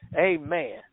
Amen